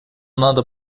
надо